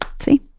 see